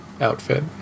outfit